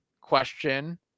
question